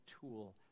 tool